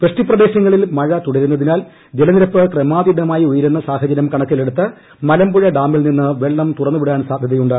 വൃഷ്ടി പ്രദേശങ്ങളിൽ മഴ തുടരുന്നതിനാൽ ജലനിരപ്പ് ക്രമാതീതമായി ഉയരുന്ന സാഹചര്യം കണക്കിലെടുത്ത് മലമ്പുഴ ഡാമിൽ നിന്ന് വെള്ളം തുറന്നു വിടാൻ സാധ്യതയുണ്ട്